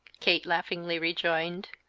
kate laughingly rejoined,